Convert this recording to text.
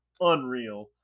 unreal